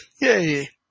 Yay